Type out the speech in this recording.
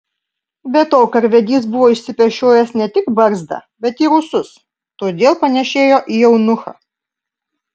be to karvedys buvo išsipešiojęs ne tik barzdą bet ir ūsus todėl panėšėjo į eunuchą